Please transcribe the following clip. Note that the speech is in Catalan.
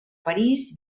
parís